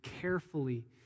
carefully